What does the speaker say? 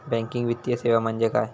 Banking वित्तीय सेवा म्हणजे काय?